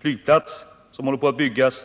flygplats som håller på att byggas.